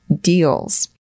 deals